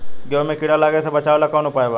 गेहूँ मे कीड़ा लागे से बचावेला कौन उपाय बा?